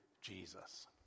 Jesus